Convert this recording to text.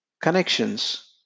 Connections